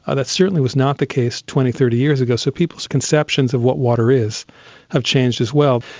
ah that certainly was not the case twenty, thirty years ago. so people's conceptions of what water is have changed as well.